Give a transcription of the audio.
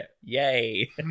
yay